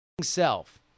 self